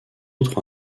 autres